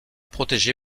protégé